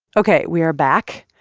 ok, we are back.